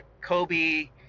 Kobe